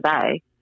today